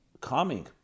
calming